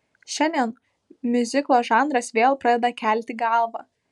šiandien miuziklo žanras vėl pradeda kelti galvą